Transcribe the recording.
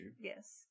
Yes